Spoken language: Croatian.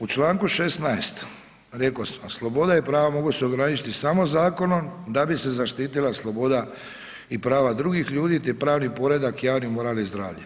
U čl. 16 rekosmo, slobodu i pravo mogu se ograničiti samo zakonom da bi se zaštitila sloboda i prava drugih ljudi te pravni poredak, javni moral i zdravlje.